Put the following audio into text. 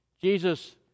Jesus